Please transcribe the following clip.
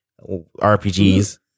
RPGs